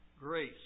grace